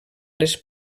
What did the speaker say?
les